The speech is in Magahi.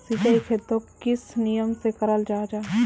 सिंचाई खेतोक किस नियम से कराल जाहा जाहा?